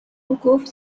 گفت